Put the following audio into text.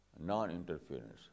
non-interference